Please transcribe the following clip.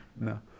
no